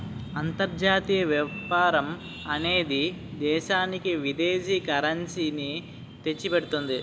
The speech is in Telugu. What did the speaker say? అంతర్జాతీయ వ్యాపారం అనేది దేశానికి విదేశీ కరెన్సీ ని తెచ్చిపెడుతుంది